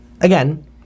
again